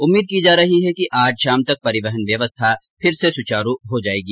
उम्मीद की जा रही है कि आज शाम तक परिवहन व्यवस्था फिर से सुचारू हो जायेगी